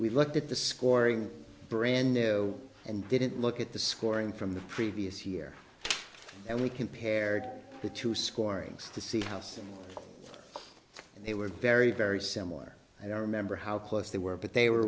we looked at the scoring brand new and didn't look at the scoring from the previous year and we compared it to scoring to see house and they were very very similar i don't remember how close they were but they were